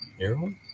arrow